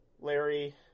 Larry